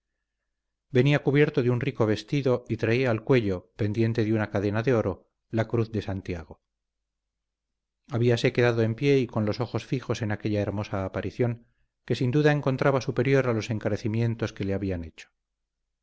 venía cubierto de un rico vestido y traía al cuello pendiente de una cadena de oro la cruz de santiago habíase quedado en pie y con los ojos fijos en aquella hermosa aparición que sin duda encontraba superior a los encarecimientos que le habían hecho